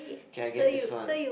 can I get this one